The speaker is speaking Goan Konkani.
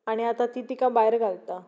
आनी आतां ती तिका भायर घालता